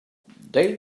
they